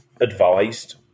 advised